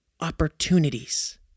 opportunities